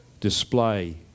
display